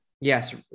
yes